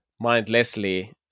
mindlessly